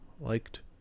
liked